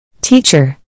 Teacher